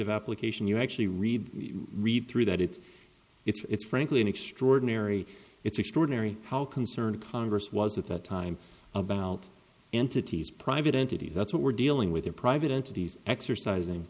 of application you actually read read through that it's it's frankly an extraordinary it's extraordinary how concerned congress was at that time about entities private entities that's what we're dealing with are private entities exercising